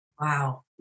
Wow